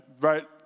right